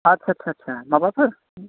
आतसा आतसा आतसा माबाफोर